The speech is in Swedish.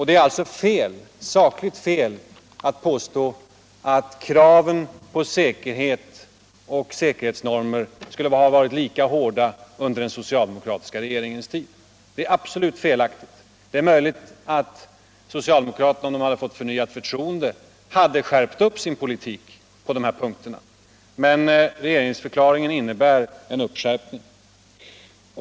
Det är alltså sakligt absolut felaktigt att påstå att kraven.på säkerhet och säkerhetsnormer skulle ha varit lika hårda under den socialdemokratiska regeringens tid. Det är möjligt att socialdemokraterna, om de hade fått förnvat förtroende, hade skärpt sin politik på dessa punkter. Men reperinpsförklaringen innebär en uppskärpning.